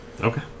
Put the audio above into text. Okay